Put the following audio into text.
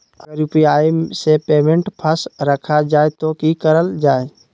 अगर यू.पी.आई से पेमेंट फस रखा जाए तो की करल जाए?